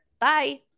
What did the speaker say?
Bye